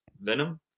venom